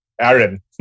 Aaron